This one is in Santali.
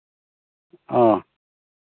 ᱚ